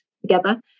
together